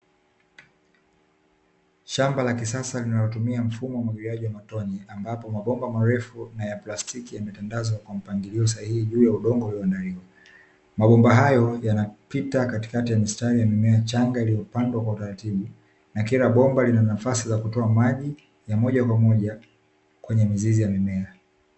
Shamba la kisasa linalotumia mfumo wa umwagiliaji wa matone, ambapo mabomba marefu na ya plastiki yametandazwa kwa mpangilio sahihi juu ya udongo uliandaliwa. Mabomba hayo yanapita katikati ya mistari ya mimea changa iliyopandwa kwa utaratibu, na kila bomba lina nafasi za kutoa maji ya moja kwa moja kwenye mizizi ya mimea.